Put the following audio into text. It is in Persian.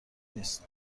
نیست